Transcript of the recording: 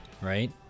right